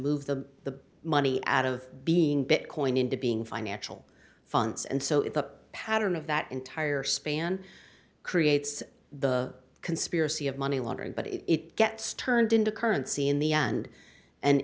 move the money out of being bitcoin into being financial funds and so if the pattern of that entire span creates the conspiracy of money laundering but if it gets turned into currency in the end and